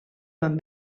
van